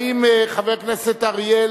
האם חבר הכנסת אריאל,